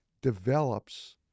develops